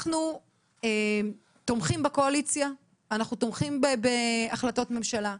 אנחנו תומכים בקואליציה ובהחלטות ממשלה,